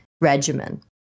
regimen